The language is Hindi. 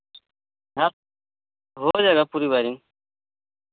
हो जाएगा पूरी वाइरिंग